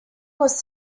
was